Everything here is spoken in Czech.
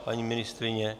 Paní ministryně?